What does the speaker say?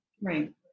Right